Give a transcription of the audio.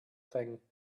thing